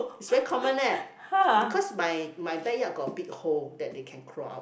it's very common leh because my my backyard got a big hole that they can crawl out